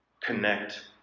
connect